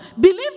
Believe